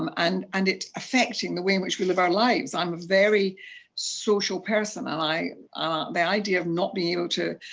um and and it's affecting the way in which we live our lives. i'm a very social person and the idea of not being able to